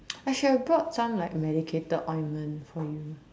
I should have brought some like medicated ointment for you